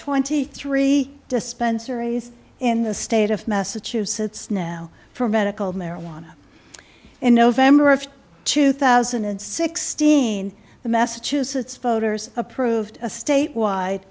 twenty three dispensaries in the state of massachusetts now for medical marijuana in november of two thousand and sixteen the massachusetts voters approved a statewide